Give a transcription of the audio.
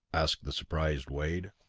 asked the surprised wade.